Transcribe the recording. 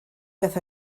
gaeth